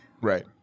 Right